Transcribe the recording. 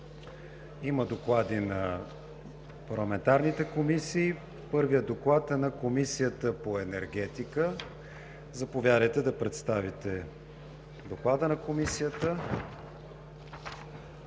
Има доклади на парламентарните комисии. Първият Доклад е на Комисията по енергетика. Заповядайте, господин Николов, да представите Доклада на Комисията.